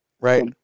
Right